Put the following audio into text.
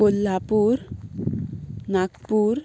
Kolhapur Nagpur